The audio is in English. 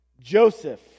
Joseph